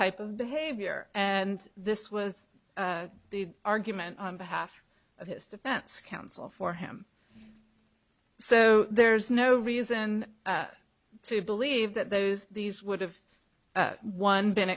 type of behavior and this was the argument on behalf of his defense counsel for him so there's no reason to believe that those these would have one been